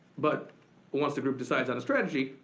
but once the group decides on a strategy,